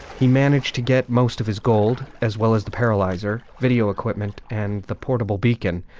he managed to get most of his gold, as well as the paralized or video equipment and the portable beacon.